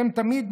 אתם תמיד,